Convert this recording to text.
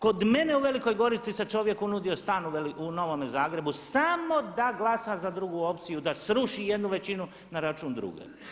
Kod mene u Velikoj Gorici se čovjeku nudio stan u Novome Zagrebu samo da glasa za drugu opciju, da sruši jednu većinu na račun druge.